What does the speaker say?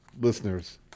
listeners